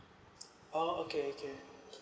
oh okay okay